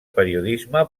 periodisme